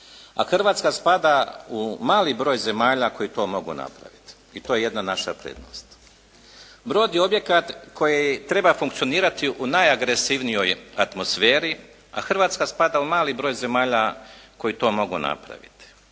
a Hrvatska spada u mali broj zemalja koji to mogu napraviti i to je jedna naša prednost. Brod je objekat koji treba funkcionirati u najagresivnijoj atmosferi, a Hrvatska spada u mali broj zemalja koje to mogu napraviti.